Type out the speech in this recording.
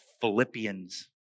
Philippians